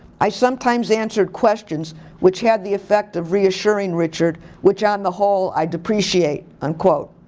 i sometimes answered questions which had the effect of reassuring richard, which on the whole i depreciate, unquote.